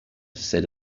said